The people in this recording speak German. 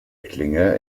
klinge